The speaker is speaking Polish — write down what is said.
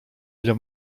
ile